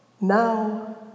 Now